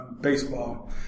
baseball